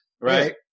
Right